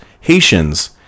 Haitians